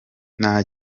nta